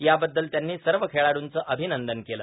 याबद्दल त्यांनी सर्व खेळाडूंचं अभिनंदन केलं